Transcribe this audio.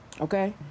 okay